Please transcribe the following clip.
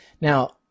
Now